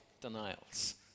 denials